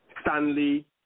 Stanley